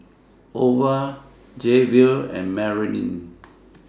Ova Jayvion and Marylin